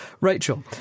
Rachel